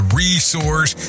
resource